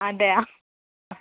അതെയാ